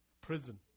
prison